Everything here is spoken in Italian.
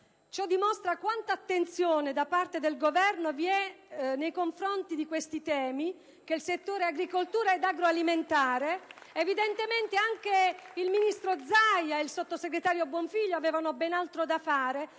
Ciò dimostra quanta attenzione vi sia, da parte del Governo, nei confronti del settore agricoltura e agroalimentare. Evidentemente il ministro Zaia e il sottosegretario Buonfiglio avevano ben altro da fare